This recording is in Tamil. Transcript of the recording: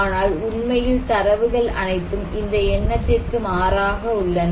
ஆனால் உண்மையில் தரவுகள் அனைத்தும் இந்த எண்ணத்திற்கு மாறாக உள்ளன